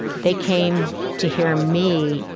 they came to hear me.